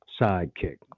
sidekick